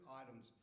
items